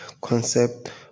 concept